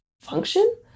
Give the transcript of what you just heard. function